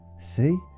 See